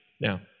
Now